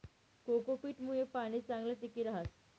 cocopeat मुये पाणी चांगलं टिकी रहास